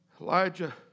Elijah